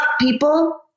people